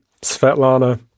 Svetlana